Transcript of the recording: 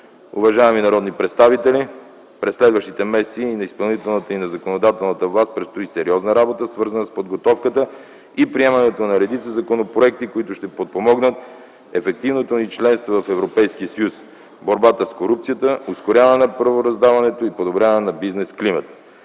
Уважаеми народни представители, през следващите месеци на изпълнителната и на законодателната власт предстои сериозна работа, свързана с подготовката и приемането на редица законопроекти, които ще подпомогнат ефективното ни членство в Европейския съюз, борбата с корупцията, ускоряване на правораздаването и подобряване на бизнес климата.